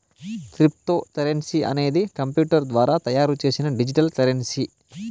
cryptocurrency అనేది computer ద్వారా తయారు చేసిన డిజిటల్ కరెన్సీ